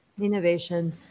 innovation